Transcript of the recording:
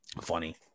Funny